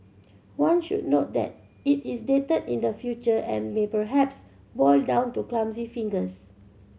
one should note that it is dated in the future and may perhaps boil down to clumsy fingers